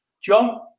john